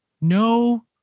no